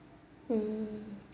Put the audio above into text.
mm